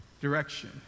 Direction